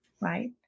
right